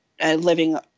living